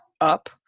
up